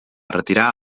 retirar